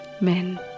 men